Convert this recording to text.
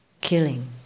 killing